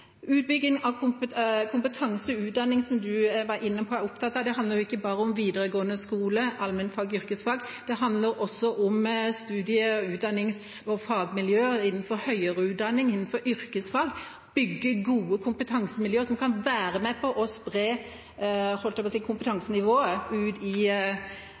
Utbygging av kompetanse og utdanning, som representanten var inne på og er opptatt av, handler ikke bare om videregående skole, allmennfag, yrkesfag, det handler også om studie-, utdannings- og fagmiljø innenfor høyere utdanning, innenfor yrkesfag, bygge gode kompetansemiljøer som kan være med på å spre – holdt jeg på å si – kompetansenivået ut i